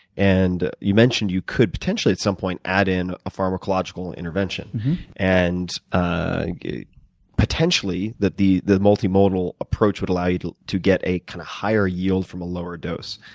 and you mentioned you could potentially at some point add in a pharmacological intervention and and potentially that the the multimodal approach would allow you to to get a kind of higher yield from a lower dose.